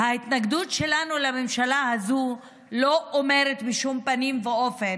ההתנגדות שלנו לממשלה הזו לא אומרת בשום פנים ואופן